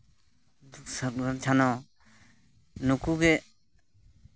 ᱯᱷᱩᱞᱳ ᱡᱷᱟᱱᱚ ᱱᱩᱠᱩ ᱜᱮ